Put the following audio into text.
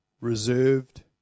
reserved